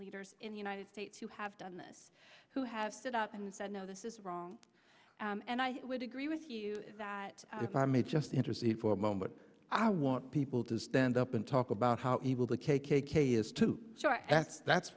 leaders in the united states who have done this who have stood up and said no this is wrong and i would agree with you that if i may just intercede for a moment i want people to stand up and talk about how evil the k k k is to show and that's